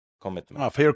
commitment